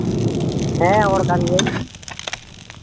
ᱦᱮᱸ ᱦᱚᱲ ᱠᱟᱱ ᱜᱤᱭᱟᱹᱧ